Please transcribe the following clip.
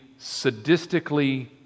sadistically